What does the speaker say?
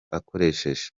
akoresheje